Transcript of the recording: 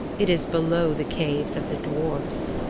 it is below the caves of the dwarfs.